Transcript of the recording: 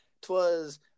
twas